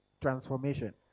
transformation